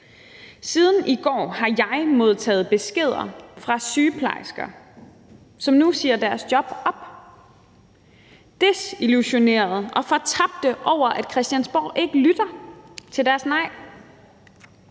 Siden i går har jeg modtaget beskeder fra sygeplejersker, som nu siger deres job op, desillusionerede og fortabte over, at Christiansborg ikke lytter til deres nej,